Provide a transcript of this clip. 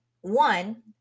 one